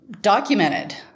documented